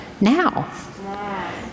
now